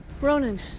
Ronan